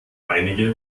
einige